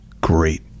Great